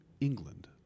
England